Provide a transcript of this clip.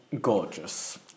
Gorgeous